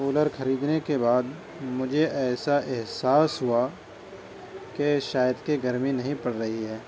cooler خریدنے کے بعد مجھے ایسا احساس ہُوا کہ شاید کہ گرمی نہیں پڑ رہی ہے